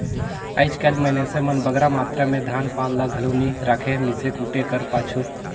आएज काएल मइनसे मन बगरा मातरा में धान पान ल घलो नी राखें मीसे कूटे कर पाछू